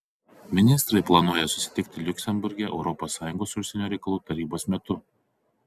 ministrai planuoja susitikti liuksemburge europos sąjungos užsienio reikalų tarybos metu